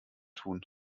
tun